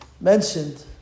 mentioned